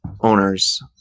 owners